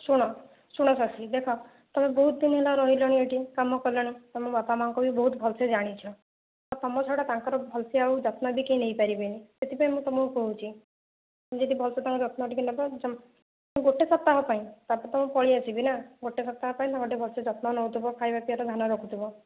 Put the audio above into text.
ଶୁଣ ଶୁଣ ଶଶୀ ଦେଖ ତୁମେ ବହୁତ ଦିନ ହେଲା ରହିଲଣି ଏଇଠି କାମ କଲଣି ତୁମେ ବାପା ମା'ଙ୍କୁ ବି ବହୁତ ଭଲସେ ଜାଣିଛ ତୁମ ଛଡ଼ା ତାଙ୍କର ଭଲସେ ଆଉ ଯତ୍ନ ବି କେହି ନେଇପାରିବେନି ସେଥିପାଇଁ ମୁଁ ତୁମକୁ କହୁଛି ଭଲସେ ଯତ୍ନ ଟିକିଏ ନେବ ଗୋଟିଏ ସପ୍ତାହ ପାଇଁ ତାପରେ ତ ମୁଁ ପଳେଇ ଆସିବିନା ଗୋଟିଏ ସପ୍ତାହ ପାଇଁ ଭଲସେ ଯତ୍ନ ନେଉଥିବ ଖାଇବା ପିଇବାର ଧ୍ୟାନ ରଖୁଥିବ